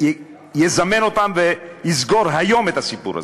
שיזמן אותם ויסגור היום את הסיפור הזה.